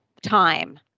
time